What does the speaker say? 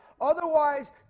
Otherwise